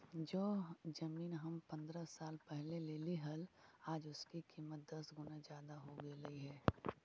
जो जमीन हम पंद्रह साल पहले लेली हल, आज उसकी कीमत दस गुना जादा हो गेलई हे